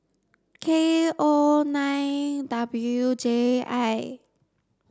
K O nine W J I